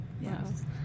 Yes